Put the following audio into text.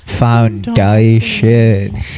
foundation